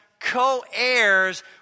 Co-heirs